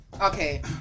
Okay